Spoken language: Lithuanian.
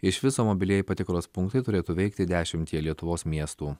iš viso mobilieji patikros punktai turėtų veikti dešimtyje lietuvos miestų